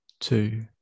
two